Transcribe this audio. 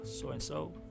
so-and-so